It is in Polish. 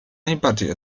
najbardziej